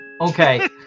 Okay